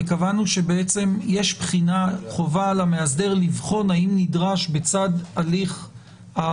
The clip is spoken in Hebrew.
וקבענו שיש חובה על המאסדר לבחון האם נדרש בצד האמצעי